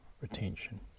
retention